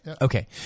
Okay